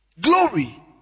Glory